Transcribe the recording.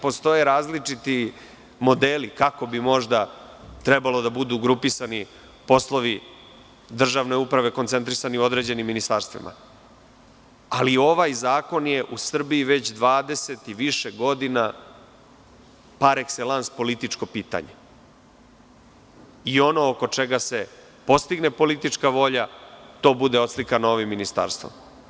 Postoje različiti modeli, kako bi možda trebalo da budu grupisani poslovi državne uprave koncentrisani u određenim ministarstvima, ali ovaj zakon je u Srbiji već 20 i više godina par ekselans političko pitanje i ono oko čega se postigne politička volja, to bude oslikano ovim ministarstvom.